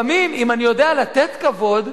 לפעמים, אם אני יודע לתת כבוד,